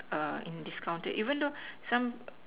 err in discounted even though some